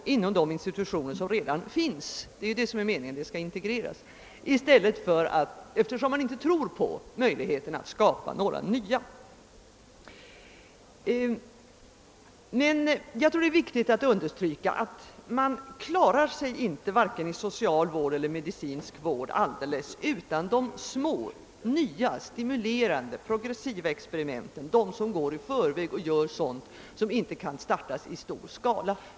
Meningen är ju att verksamheterna skall integreras, eftersom man inte tror på möjligheterna att skapa några nya institutioner för ändamålet. Det är emellertid viktigt att understryka att man varken i social eller i medicinsk vård klarar sig utan de små, nya, stimulerande och progressiva experimenten, där man går före med sådana försök som inte kan startas i stor skala.